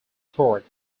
court